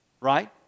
Right